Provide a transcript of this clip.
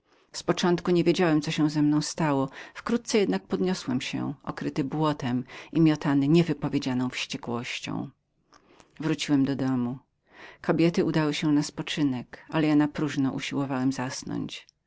z początku nie wiedziałem co się ze mną stało wkrótce jednak podniosłem się okryty błotem i miotany niewypowiedzianą wściekłością wróciłem do domu kobiety udały się już były na spoczynek ale ja napróżno usiłowałem zasnąć